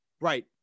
Right